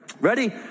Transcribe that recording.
Ready